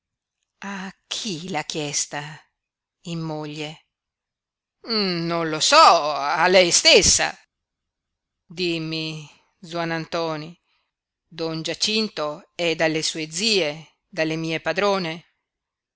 a chi l'ha chiesta in moglie non lo so a lei stessa dimmi zuannantoni don giacinto è dalle sue zie dalle mie padrone